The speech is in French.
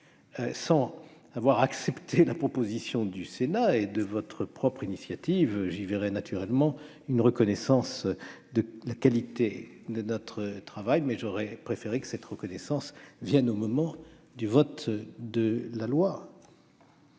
sans avoir accepté la proposition du Sénat et de votre propre initiative, j'y verrais naturellement une reconnaissance de la qualité de notre travail, mais j'aurais préféré que cette reconnaissance s'exprime au moment du vote de la loi